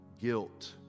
guilt